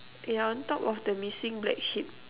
yeah on top of the missing black sheep